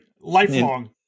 Lifelong